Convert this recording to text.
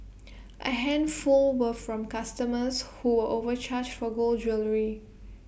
A handful were from customers who were overcharged for gold jewellery